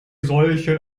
solchen